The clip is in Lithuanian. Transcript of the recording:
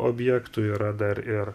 objektų yra dar ir